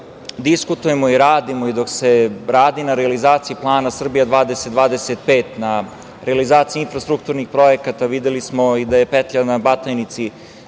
ovde diskutujemo i radimo, i dok se radi na realizaciji plana „Srbija 2025“, na realizaciji infrastrukturnih projekata, videli smo i da je petlja na Batajnici